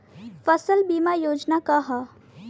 फसल बीमा योजना का ह?